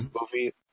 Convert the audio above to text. movie